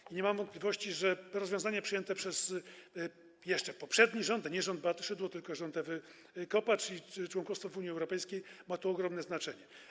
I nie mam wątpliwości, że rozwiązanie przyjęte jeszcze przez poprzedni rząd, nie rząd Beaty Szydło, tylko rząd Ewy Kopacz, i członkostwo w Unii Europejskiej mają tu ogromne znaczenie.